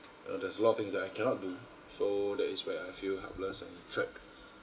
uh there's a lot of things that I cannot do so that is where I feel helpless and trapped